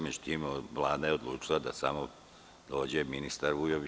Međutim, Vlada je odlučila da samo dođe ministar Vujović.